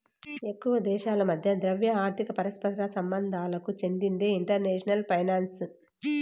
ఎక్కువ దేశాల మధ్య ద్రవ్య, ఆర్థిక పరస్పర సంబంధాలకు చెందిందే ఇంటర్నేషనల్ ఫైనాన్సు